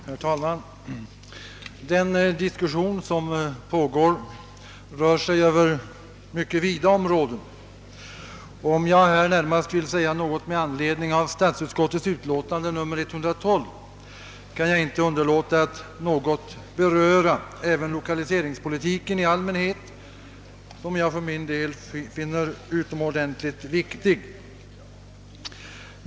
Herr talman! Den diskussion som pågår rör sig över mycket vida områden. Jag vill närmast säga några ord med anledning av statsutskottets utlåtande nr 112, men jag kan inte underlåta att något beröra även lokaliseringspolitiken i allmänhet, som jag för min del finner utomordentligt viktig.